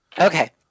Okay